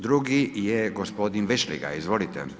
Drugi je gospodin Vešligaj, izvolite.